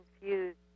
confused